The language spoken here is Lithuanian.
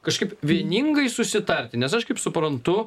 kažkaip vieningai susitarti nes aš kaip suprantu